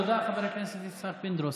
תודה, חבר הכנסת יצחק פינדרוס.